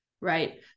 Right